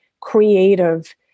creative